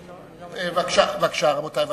בבקשה, רבותי.